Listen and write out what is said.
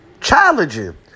challenging